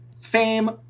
fame